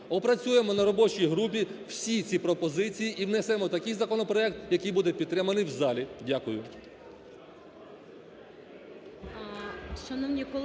опрацюємо на робочій групі всі ці пропозиції і внесемо такий законопроект, який буде підтриманий у залі. Дякую.